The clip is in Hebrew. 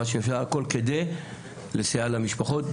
מה שאפשר הכול כדי לסייע למשפחות.